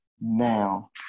now